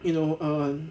you know um